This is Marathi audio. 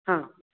हां